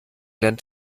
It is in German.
lernt